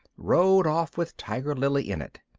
rowed off with tiger lily in it.